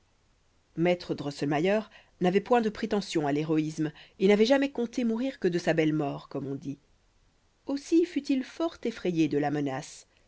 maître drosselmayer n'avait point de prétention à l'héroïsme et n'avait jamais compté mourir que de sa belle mort comme on dit aussi fut-il fort effrayé de la menace